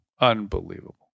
Unbelievable